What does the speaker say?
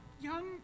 young